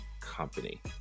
Company